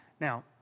Now